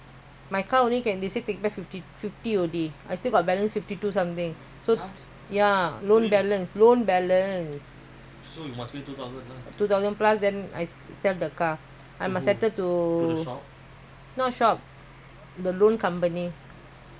two thousand plus then I sell the car I must settle to not shop the loan company where I take the loan I have to settle there now they take back only fifty